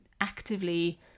actively